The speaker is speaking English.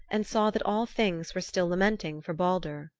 and saw that all things were still lamenting for baldur.